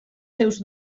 seus